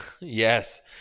Yes